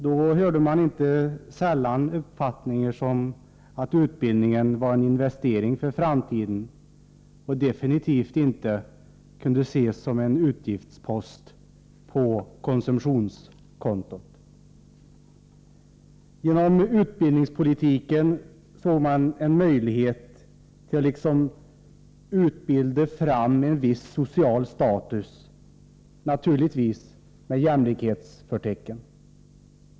Då hörde man inte sällan uttryck för sådana uppfattningar som att utbildning var en investering för framtiden och definitivt inte kunde ses som en utgiftspost på konsumtionskontot. Man såg en möjlighet att genom utbildningspolitiken så att säga utbilda fram en viss social status, naturligtvis med jämlikhetsförtecken.